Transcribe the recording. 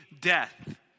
death